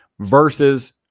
versus